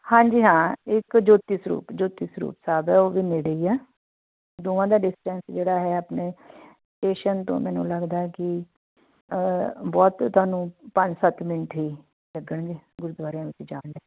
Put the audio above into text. ਹਾਂਜੀ ਹਾਂ ਇੱਕ ਜੋਤੀ ਸਰੂਪ ਜੋਤੀ ਸਰੂਪ ਸਾਹਿਬ ਹੈ ਉਹ ਵੀ ਨੇੜੇ ਹੀ ਆ ਦੋਵਾਂ ਦਾ ਡਿਸਟੈਂਸ ਜਿਹੜਾ ਹੈ ਆਪਣੇ ਸਟੇਸ਼ਨ ਤੋਂ ਮੈਨੂੰ ਲੱਗਦਾ ਕਿ ਬਹੁਤ ਤੁਹਾਨੂੰ ਪੰਜ ਸੱਤ ਮਿੰਟ ਹੀ ਲੱਗਣਗੇ ਗੁਰਦੁਆਰਿਆਂ ਵਿੱਚ ਜਾਣ ਦੇ